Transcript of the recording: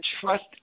trust